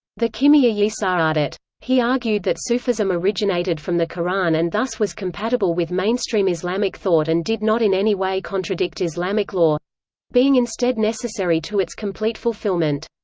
the kimiya-yi sa'adat. he argued that sufism originated from the qur'an and thus was compatible with mainstream islamic thought and did not in any way contradict islamic law being instead necessary to its complete fulfillment.